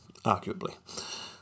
Arguably